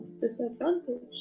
Disadvantage